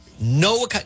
No